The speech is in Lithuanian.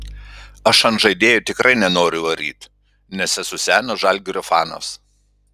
aš ant žaidėjo tikrai nenoriu varyt nes esu senas žalgirio fanas